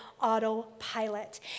autopilot